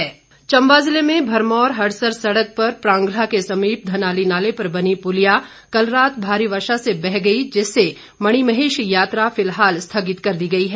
मणिमहेश यात्रा चंबा जिले में भरमौर हडसर सड़क पर प्रंघाला के समीप धनाली नाले पर बनी पुलिया कल रात भारी वर्षा से बह गई जिससे महिणमेहश यात्रा फिलहाल स्थगित कर दी गई है